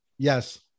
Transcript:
Yes